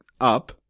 up